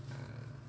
ah